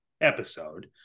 episode